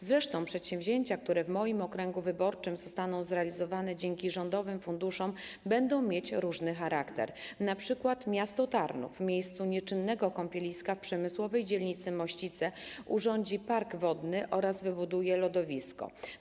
Zresztą przedsięwzięcia, które w moim okręgu wyborczym zostaną zrealizowane dzięki rządowym funduszom, będą mieć różny charakter, np. miasto Tarnów w miejscu nieczynnego kąpieliska w przemysłowej dzielnicy Mościce urządzi park wodny oraz wybuduje lodowisko.